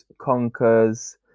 conquers